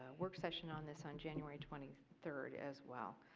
work session on this on january twenty third as well.